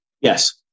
Yes